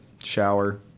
Shower